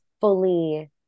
fully